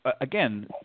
again